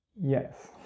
yes